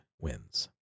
wins